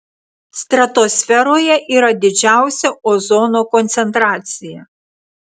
stratosferoje yra didžiausia ozono koncentracija